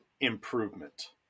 IMPROVEMENT